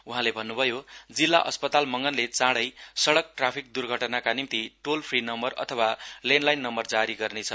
उहाँले भन्नुभयो जिल्ला अस्पताल मङगनले चाईै सइक ट्राफिक दुर्घटनाका निम्ति टोल फ्रि नम्बर अथवा लेण्डलाइन नम्बर जारि गर्नेछ